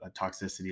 toxicity